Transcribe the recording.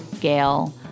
Gail